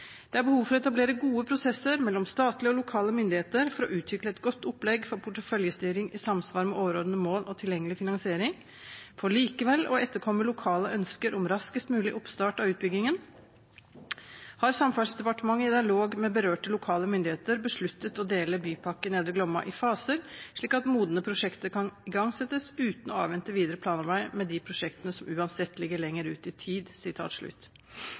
er det behov for å etablere gode prosesser mellom statlige og lokale myndigheter for å utvikle et godt opplegg for porteføljestyring i samsvar med overordnede mål og tilgjengelig finansiering. For likevel å etterkomme lokale ønsker om raskest mulig oppstart av utbyggingen, har Samferdselsdepartementet i dialog med berørte lokale myndigheter besluttet å dele Bypakke Nedre Glomma i faser slik at modne prosjekter kan igangsettes uten å avvente videre planarbeid med de prosjektene som uansett ligger lenger ut i tid.»